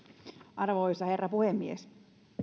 arvoisa herra puhemies